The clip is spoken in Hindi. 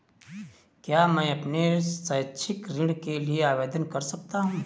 क्या मैं अपने शैक्षिक ऋण के लिए आवेदन कर सकता हूँ?